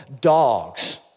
dogs